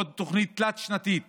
עוד תוכנית תלת-שנתית